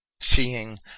seeing